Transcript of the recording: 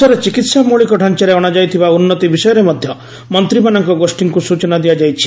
ଦେଶରେ ଚିକିିି୍ସା ମୌଳିକ ଜାଞ୍ଚାରେ ଅଣାଯାଇଥିବା ଉନ୍ନତି ବିଷୟରେ ମଧ୍ୟ ମନ୍ତ୍ରୀମାନଙ୍କ ଗୋଷୀଙ୍କୁ ସୂଚନା ଦିଆଯାଇଛି